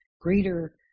greater